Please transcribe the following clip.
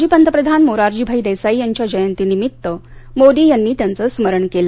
माजी पंतप्रधान मोरारजीभाई देसाई यांच्या जयंतीनिमित्त मोदी यांनी त्यांच स्मरण केलं